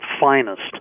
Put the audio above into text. finest